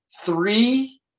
three